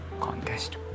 contest